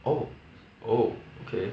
oh oh okay